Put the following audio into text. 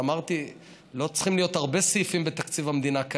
ואמרתי: לא צריכים להיות הרבה סעיפים כאלה בתקציב המדינה,